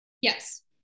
Yes